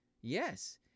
Yes